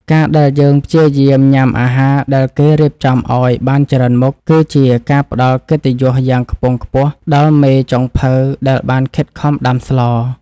ការដែលយើងព្យាយាមញ៉ាំអាហារដែលគេរៀបចំឱ្យបានច្រើនមុខ គឺជាការផ្តល់កិត្តិយសយ៉ាងខ្ពង់ខ្ពស់ដល់មេចុងភៅដែលបានខិតខំដាំស្ល។